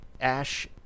Ash